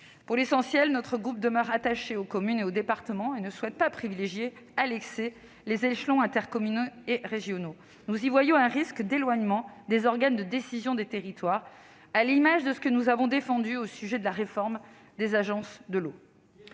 Pour l'essentiel, notre groupe demeure attaché aux communes et aux départements et ne souhaite pas privilégier à l'excès les échelons intercommunaux et régionaux. Très bien ! Nous y voyons un risque d'éloignement des organes de décision des territoires, à l'image de ce que nous avons défendu au sujet de la réforme des agences de l'eau.